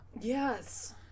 Yes